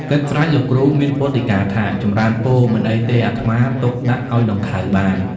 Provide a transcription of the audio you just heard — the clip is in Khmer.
គិតស្រេចលោកគ្រូមានពុទ្ធដីកាថា "ចម្រើនពរ! មិនអីទេ អាត្មាទុកដាក់ឲ្យដង្ខៅបាន"។